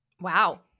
Wow